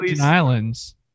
Islands